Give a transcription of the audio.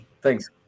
Thanks